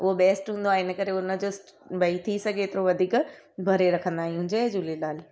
उहो बेस्ट हूंदो आहे इन करे उनजो भाई थी सघे थो वधीक भरे रखंदा आहिंयूं जय झूलेलाल